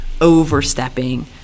overstepping